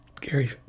Gary